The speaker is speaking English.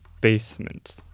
basement